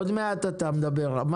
אמר שהערך הצבור מעודד נסיעות בודדות,